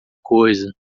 coisa